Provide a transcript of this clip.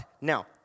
Now